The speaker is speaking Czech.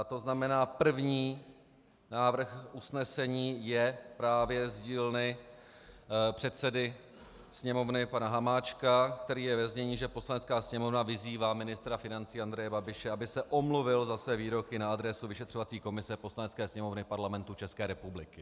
To znamená, první návrh usnesení je právě z dílny předsedy Sněmovny pana Hamáčka, který je ve znění, že Poslanecká sněmovna vyzývá ministra financí Andreje Babiše, aby se omluvil za své výroky na adresu vyšetřovací komise Poslanecké sněmovny Parlamentu České republiky.